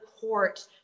court